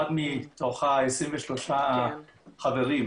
אחד מתוך ה-23 חברים,